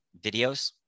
videos